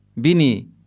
Bini